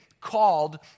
called